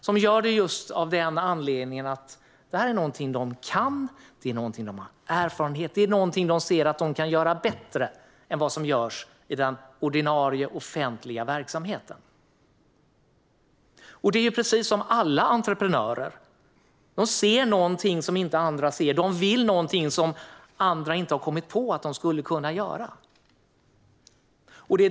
De gör det just av anledningen att det är något de kan, det är något de har erfarenhet av och det är något de ser att de kan göra bättre än vad som görs i den ordinarie, offentliga verksamheten. Precis som alla entreprenörer ser de något som inte andra ser och vill något som andra inte har kommit på att man kan göra.